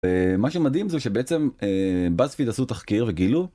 מה שמדהים זה שבעצם בספיד עשו תחקיר וגילו.